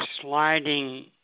sliding